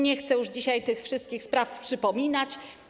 Nie chcę już dzisiaj tych wszystkich spraw przypominać.